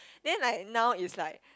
then like now is like